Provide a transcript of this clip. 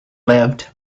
lived